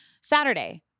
Saturday